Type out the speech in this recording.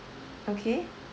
okay